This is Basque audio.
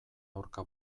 aurka